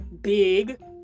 big